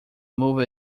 moved